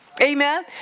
Amen